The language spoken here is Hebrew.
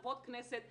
חברות כנסת,